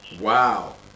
wow